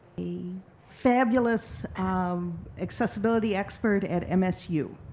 a fabulous um accessibility expert at msu.